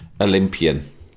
Olympian